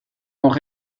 l’ont